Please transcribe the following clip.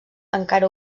encara